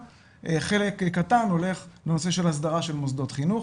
וחלק קטן הולך לנושא של הסדרה של מוסדות חינוך,